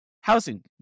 housing